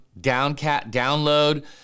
Download